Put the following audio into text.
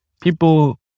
people